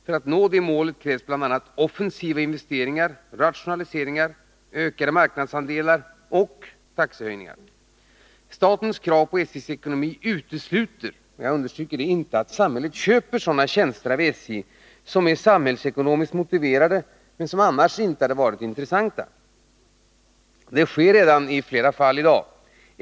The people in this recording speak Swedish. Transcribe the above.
För att nå detta mål krävs bl.a. offensiva investeringar, rationaliseringar, ökade marknadsandelar och taxehöjningar. Statens krav på SJ:s ekonomi utesluter inte — jag understryker det — att samhället köper sådana tjänster av SJ som är samhällsekonomiskt motiverade men som annars inte hade varit intressanta. Detta sker redan i dag i flera fall.